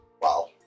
Wow